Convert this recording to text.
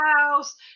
house